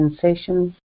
sensations